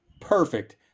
perfect